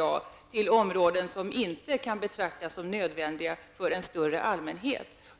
att gå till områden som inte kan betraktas som nödvändiga för en större allmänhet.